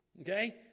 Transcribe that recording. Okay